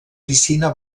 piscina